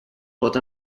pot